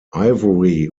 ivory